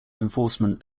enforcement